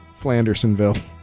Flandersonville